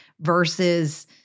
versus